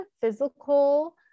physical